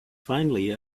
finally